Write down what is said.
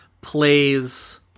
plays